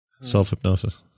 self-hypnosis